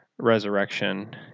resurrection